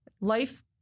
Life